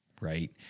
right